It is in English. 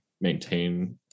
maintain